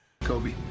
Kobe